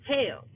Hell